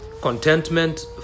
contentment